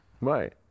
Right